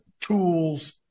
tools